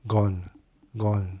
gone ah gone